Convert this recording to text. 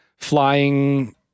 Flying